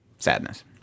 Sadness